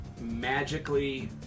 magically